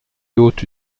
haute